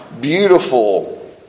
beautiful